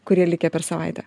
kurie likę per savaitę